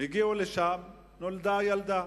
הגיעו לשם ונולדה הילדה.